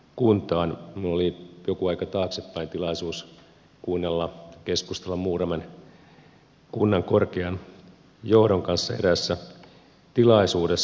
minulla oli joku aika taaksepäin tilaisuus kuunnella keskustelua muuramen kunnan korkean johdon kanssa eräässä tilaisuudessa